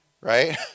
right